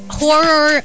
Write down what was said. horror